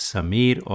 Samir